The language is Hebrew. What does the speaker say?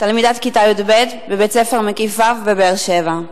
תלמידת כיתה י"ב בבית-ספר מקיף ו' בבאר-שבע.